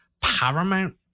paramount